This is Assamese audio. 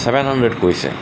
চভেন হাড্ৰেড কৈছে